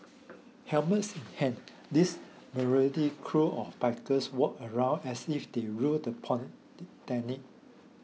helmets in hands these motley crew of bikers walked around as if they ruled the polytechnic